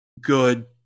good